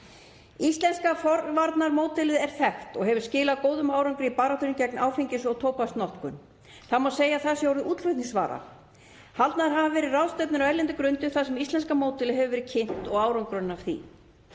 Íslenska forvarnamódelið er þekkt og hefur skilað góðum árangri í baráttunni gegn áfengis- og tóbaksnotkun. Það má segja að það sé orðin útflutningsvara. Haldnar hafa verið ráðstefnur á erlendri grundu þar sem íslenska módelið hefur verið kynnt og árangurinn af því.